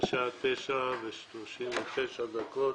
השעה 09:39 דקות.